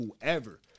Whoever